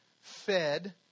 fed